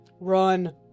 Run